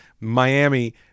miami